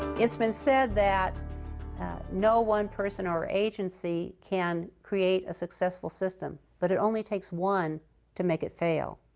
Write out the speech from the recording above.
it's been said that no one person or agency can create a successful system but it only takes one to make it fail.